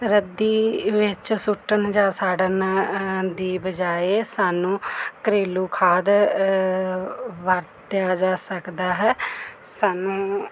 ਰੱਦੀ ਵਿੱਚ ਸੁੱਟਣ ਜਾਂ ਸਾੜਨ ਦੀ ਬਜਾਏ ਸਾਨੁੂੰ ਘਰੇਲੂ ਖਾਦ ਵਰਤਿਆ ਜਾ ਸਕਦਾ ਹੈ ਸਾਨੂੰ